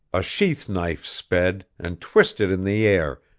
a sheath knife sped, and twisted in the air,